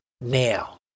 now